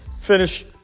finish